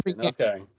Okay